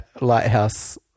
lighthouse